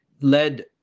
led